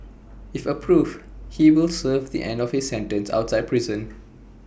if approved he will serve the end of his sentence outside prison